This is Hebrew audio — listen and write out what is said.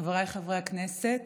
חבריי חברי הכנסת,